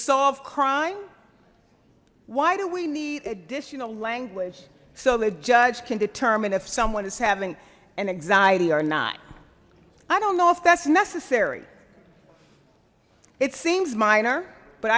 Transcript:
solve crime why do we need additional language so the judge can determine if someone is having an anxiety or not i don't know if that's necessarily arrey it seems minor but